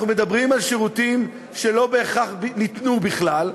אנחנו מדברים על שירותים שלא בהכרח ניתנו בכלל,